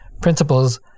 principles